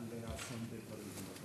האסון בפריז.